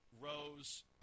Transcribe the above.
Rose